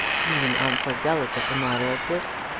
even on so delicate a matter as this,